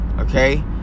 okay